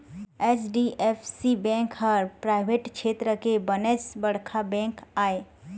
HDFC bank ह private छेत्र के बनेच बड़का बेंक आय